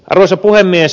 arvoisa puhemies